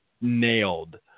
nailed